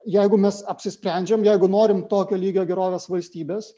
jeigu mes apsisprendžiam jeigu norim tokio lygio gerovės valstybės